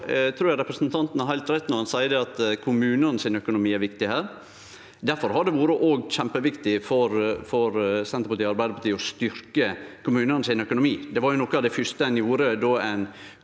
Eg trur representanten har heilt rett når han seier at kommunane sin økonomi er viktig her. Difor har det òg vore kjempeviktig for Senterpartiet og Arbeidarpartiet å styrkje kommunane sin økonomi. Noko av det fyrste ein gjorde då ein